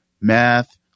math